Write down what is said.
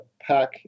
pack